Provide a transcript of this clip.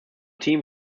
team